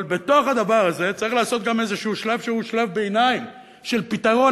אבל בתוך הדבר הזה צריך לעשות גם איזה שלב שהוא שלב ביניים של פתרון,